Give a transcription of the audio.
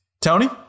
Tony